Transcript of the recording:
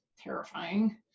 terrifying